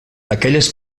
aquelles